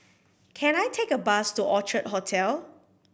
can I take a bus to Orchard Hotel